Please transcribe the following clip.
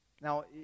Now